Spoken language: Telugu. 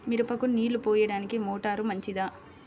మిరపకు నీళ్ళు పోయడానికి మోటారు మంచిదా?